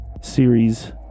series